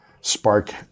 Spark